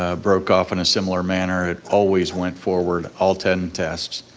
ah broke off in a similar manner, it always went forward, all ten tests.